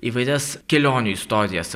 įvairias kelionių istorijas